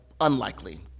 unlikely